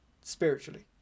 spiritually